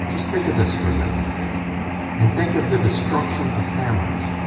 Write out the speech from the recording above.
just think of this for a minute and think of the destruction of families,